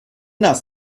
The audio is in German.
das